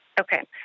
Okay